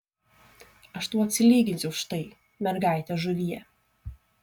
aš tau atsilyginsiu už tai mergaite žuvie